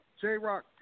J-Rock